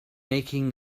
making